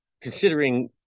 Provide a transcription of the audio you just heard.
Considering